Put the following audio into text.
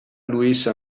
luis